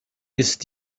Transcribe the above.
ist